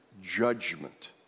judgment